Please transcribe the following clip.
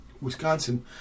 Wisconsin